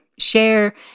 share